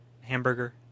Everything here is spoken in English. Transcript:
hamburger